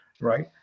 right